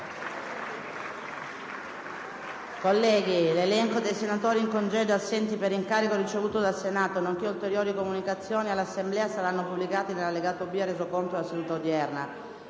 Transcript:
L'elenco dei senatori in congedo e assenti per incarico ricevuto dal Senato, nonché ulteriori comunicazioni all'Assemblea saranno pubblicati nell'allegato B al Resoconto della seduta odierna.